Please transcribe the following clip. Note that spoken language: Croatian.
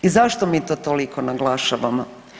I zašto mi to toliko naglašavamo?